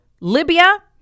Libya